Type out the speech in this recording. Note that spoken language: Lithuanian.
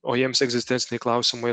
o jiems egzistenciniai klausimai